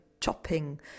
chopping